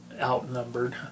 outnumbered